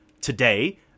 Today